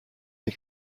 est